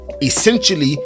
essentially